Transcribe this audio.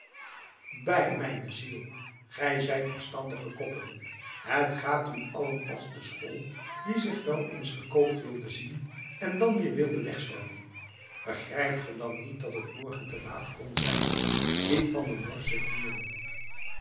bij mijne ziel gij zijt verstandige koppen het gaat u allen als de schol die zich wel eens gekookt wilde zien en dan weer wilde wegzwemmen begrijpt ge dan niet dat het morgen te laat kon zijn liet van der morsch zich hooren